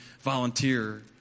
volunteer